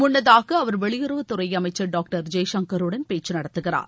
முன்னதாக அவர் வெளியுறவுத் துறை அமைச்சர் டாக்டர் ஜெய்சங்கருடன் பேச்சு நடத்துகிறார்